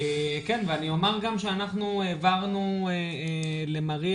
ואני אומר גם שאנחנו העברנו למריה